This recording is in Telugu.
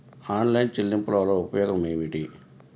ఆన్లైన్ చెల్లింపుల వల్ల ఉపయోగమేమిటీ?